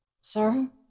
Sir